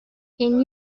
can